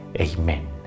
Amen